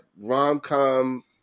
rom-com